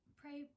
pray